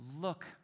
look